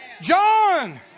John